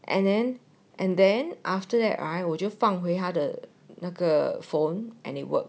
and then and then after that I 我就放回他的那个 phone and it work